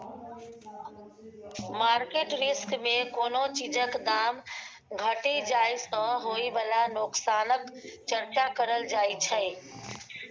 market risk मे कोनो चीजक दाम घटि जाइ सँ होइ बला नोकसानक चर्चा करल जाइ छै